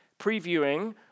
previewing